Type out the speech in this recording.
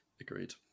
Agreed